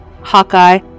Hawkeye